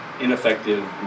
ineffective